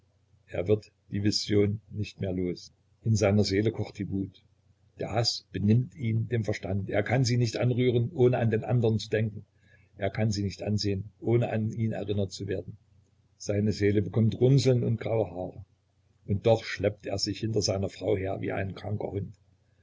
er wird die visionen nicht mehr los in seiner seele kocht die wut der haß benimmt ihm den verstand er kann sie nicht anrühren ohne an den andern zu denken er kann sie nicht ansehen ohne an ihn erinnert zu werden seine seele bekommt runzeln und graue haare und doch schleppt er sich hinter seiner frau her wie ein kranker hund